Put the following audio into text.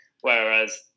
whereas